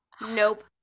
Nope